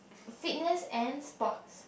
fitness and sports